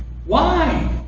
why?